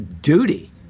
duty